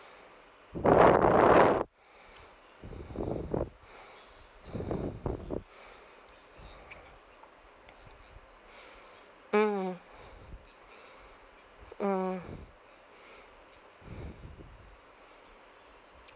mm mm